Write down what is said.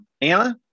Anna